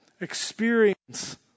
experience